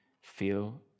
feel